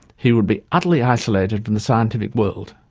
he would be utterly isolated from the scientific world.